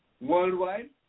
worldwide